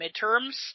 midterms